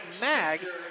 Mags